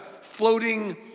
floating